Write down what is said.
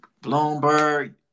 Bloomberg